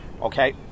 Okay